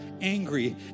angry